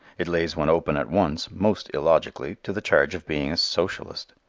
it lays one open at once, most illogically, to the charge of being a socialist.